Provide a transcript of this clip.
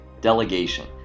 Delegation